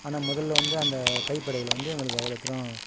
ஆனால் முதல்ல வந்து அந்த கைப்படகில் வந்து எங்களுக்கு அவ்வளோ தூரம்